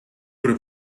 would